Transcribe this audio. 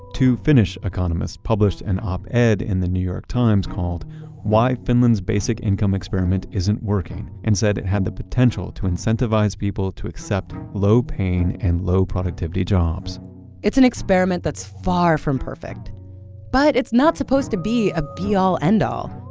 two finnish economists published an op-ed in the new york times called why finland's basic income experiment isn't working and said it had the potential to incentivize people to accept low-paying and low-productivity jobs it's an experiment that's far from perfect but it's not supposed to be a be all, end all.